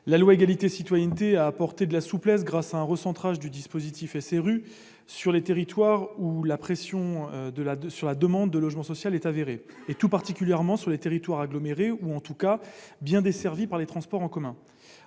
et à la citoyenneté a apporté de la souplesse grâce à un recentrage du dispositif SRU sur les territoires où la demande de logement social est avérée, tout particulièrement sur les territoires agglomérés ou, en tout cas, bien desservis par les transports en commun.